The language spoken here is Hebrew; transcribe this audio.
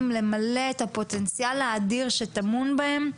למלא את הפוטנציאל האדיר שטמון בהם,